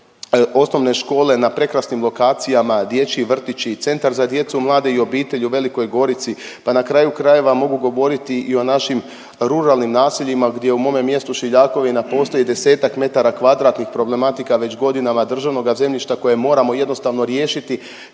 osnovne škole na prekrasnim lokacijama, dječji vrtići, Centar za djecu, mlade i obitelj u Velikoj Gorici, pa na kraju krajeva mogu govoriti i o našim ruralnim naseljima gdje u mome mjestu Šiljakovina postoji desetak metara kvadratnih problematika već godinama državnoga zemljišta koje moramo jednostavno riješiti